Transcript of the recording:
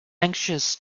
anxious